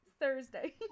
Thursday